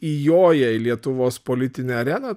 įjoja į lietuvos politinę areną